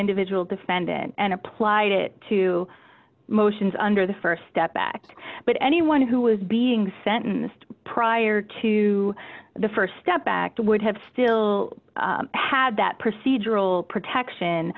individual defendant and applied it to motions under the st step back but anyone who was being sentenced prior to the st step back to would have still had that procedural protection